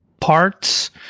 parts